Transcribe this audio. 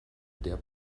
der